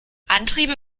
antriebe